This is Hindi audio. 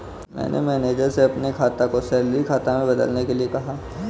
मैंने मैनेजर से अपने खाता को सैलरी खाता में बदलने के लिए कहा